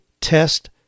test